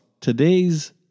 today's